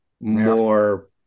More